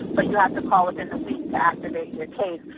but you have to call within the week to activate your case.